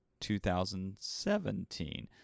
2017